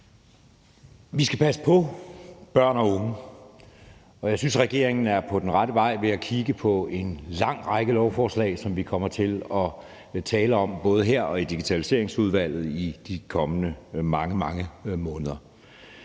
Vi skal passe på børn og unge, og jeg synes, regeringen er på den rette vej ved at kigge på at fremsætte en lang række lovforslag, som vi kommer til at tale om, både her og i Digitaliseringsudvalget, i de kommende mange, mange måneder.